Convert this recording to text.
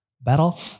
Battle